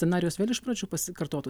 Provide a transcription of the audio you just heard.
scenarijus vėl iš pradžių pasikartotų